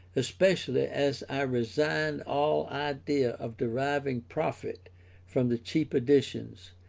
especially as i resigned all idea of deriving profit from the cheap editions,